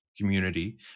community